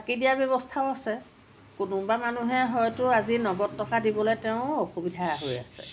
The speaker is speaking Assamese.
বাকী দিয়া ব্যৱস্থাও আছে কোনোবা মানুহে হয়তো আজি নগদ টকা দিবলৈ তেওঁৰ অসুবিধা হৈ আছে